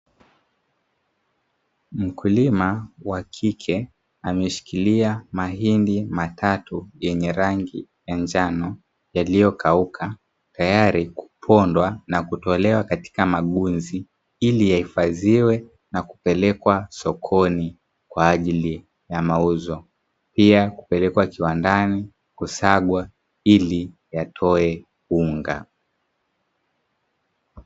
Mkulima wa kike ameshikilia mahindi matatu yenye rangi ya njano yaliyokauka, tayari kupondwa na kutolewa katika magunzi ili yahifadhiwe na kupelekwa sokoni kwa ajili ya mauzo. Pia kupelekwa kiwandani kusagwa ili yatoe unga.